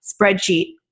Spreadsheet